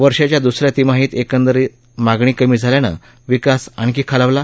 वर्षाच्या द्सऱ्या तिमाहीत एकंदर मागणी कमी झाल्यानं विकास आणखी खालावला